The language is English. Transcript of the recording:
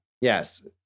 Yes